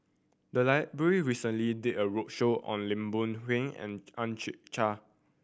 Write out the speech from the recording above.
the library recently did a roadshow on Lim Boon Heng and Ang Chwee Chai